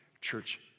church